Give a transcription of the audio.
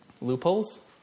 loopholes